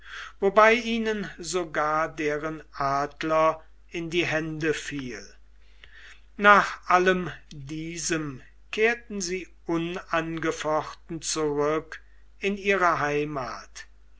wobei ihnen sogar deren adler in die hände fiel nach allem diesem kehrten sie unangefochten zurück in ihre heimat